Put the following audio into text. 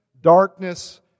darkness